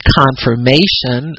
confirmation